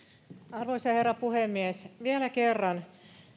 arvoisa herra puhemies vielä kerran